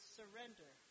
surrender